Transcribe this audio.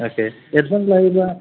अखे advance लायोबा